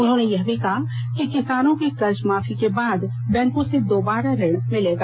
उन्होंने कहा कि किसानों के कर्ज माफी के बाद बैंकों से दोबारा ऋण मिलेगा